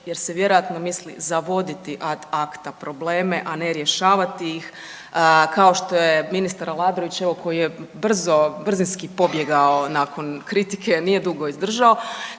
jer se vjerojatno misli zavoditi ad acta probleme, a ne rješavati ih. Kao što je ministar Aladrović, evo koji je brzo, brzinski pobjegao nakon kritike, nije dugo izdržao,